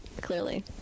clearly